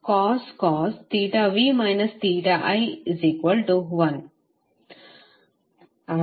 ಆದ್ದರಿಂದ ಶಕ್ತಿಯ ಅಂಶವು 1 ಆಗಿರುತ್ತದೆ